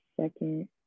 second